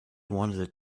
wanted